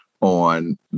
on